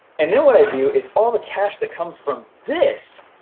and then what i do is all the cash that comes from this,